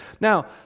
Now